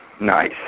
Nice